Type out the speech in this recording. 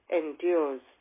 endures